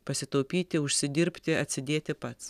pasitaupyti užsidirbti atsidėti pats